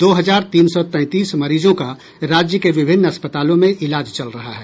दो हजार तीन सौ तैंतीस मरीजों का राज्य के विभिन्न अस्पतालों में इलाज चल रहा है